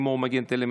לימור מגן תלם,